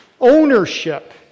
ownership